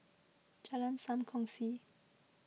Jalan Sam Kongsi